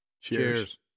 Cheers